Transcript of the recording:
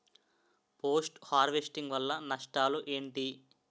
Post harvesting వల్ల నష్టాలు ఏంటి?